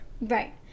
Right